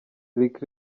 lick